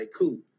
cool